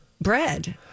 bread